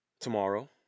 tomorrow